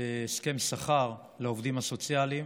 הסכם שכר לעובדים הסוציאליים.